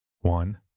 One